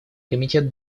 комитет